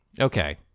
Okay